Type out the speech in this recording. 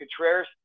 Contreras